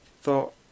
thought